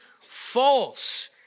false